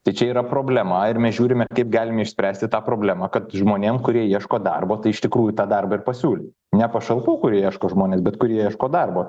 tai čia yra problema ir mes žiūrime kaip galime išspręsti tą problemą kad žmonėm kurie ieško darbo tai iš tikrųjų tą darbą ir pasiūly ne pašalpų kurie ieško žmonės bet kurie ieško darbo